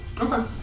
Okay